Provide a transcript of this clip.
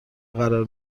قرار